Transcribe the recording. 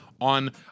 on